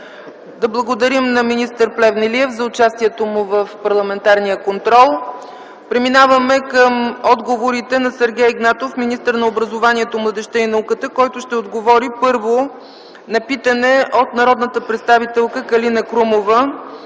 Благодарим на министър Плевнелиев за участието му в парламентарния контрол. Преминаваме към отговорите на Сергей Игнатов - министър на образованието, младежта и науката, който ще отговори първо на питането от народния представител Калина Крумова